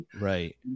Right